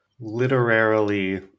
literarily